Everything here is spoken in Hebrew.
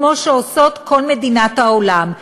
כמו שעושות כל מדינות העולם.